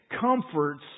comforts